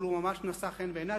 אבל הוא ממש נשא חן בעיני.